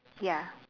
ya